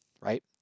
right